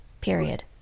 Period